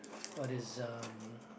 what is uh